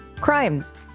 Crimes